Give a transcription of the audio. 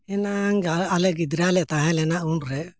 ᱮᱱᱟᱱ ᱟᱞᱮ ᱜᱤᱫᱽᱨᱟᱹᱞᱮ ᱛᱟᱦᱮᱸ ᱞᱮᱱᱟ ᱩᱱᱨᱮ